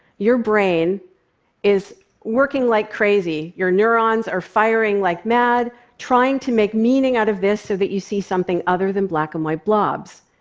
your brain is working like crazy. your neurons are firing like mad trying to make meaning out of this so that you see something other than black and white blobs.